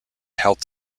health